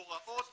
הוראות